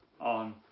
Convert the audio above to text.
on